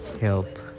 help